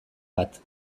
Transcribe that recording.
bat